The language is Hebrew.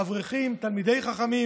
אברכים תלמידי חכמים,